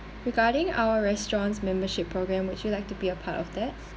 regarding our restaurant's membership program would you like to be a part of that